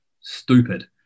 stupid